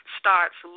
starts